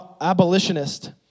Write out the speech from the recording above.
abolitionist